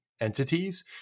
entities